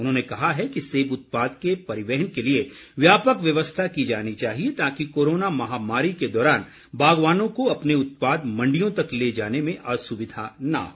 उन्होंने कहा कि सेब उत्पाद के परिवहन के लिए व्यापक व्यवस्था की जानी चाहिए ताकि कोरोना महामारी के दौरान बागवानों को अपने उत्पाद मंडियों तक ले जाने में असुविधा न हो